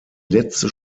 letzte